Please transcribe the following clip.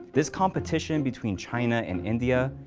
this competition between china and india,